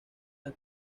las